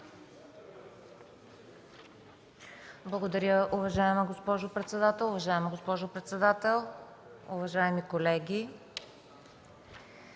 Благодаря. Уважаема госпожо председател, уважаеми колеги!